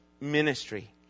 ministry